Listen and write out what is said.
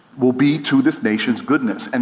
will be to this nation's goodness. and